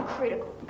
Critical